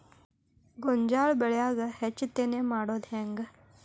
ಗೋಂಜಾಳ ಬೆಳ್ಯಾಗ ಹೆಚ್ಚತೆನೆ ಮಾಡುದ ಹೆಂಗ್?